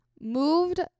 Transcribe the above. Moved